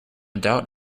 doubt